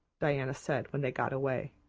diana said when they got away.